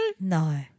No